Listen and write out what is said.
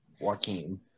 Joaquin